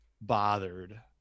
bothered